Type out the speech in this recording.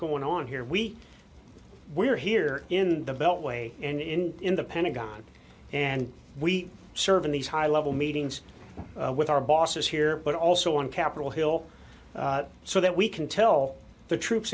going on here week we're here in the beltway and in the pentagon and we serve in these high level meetings with our bosses here but also on capitol hill so that we can tell the troops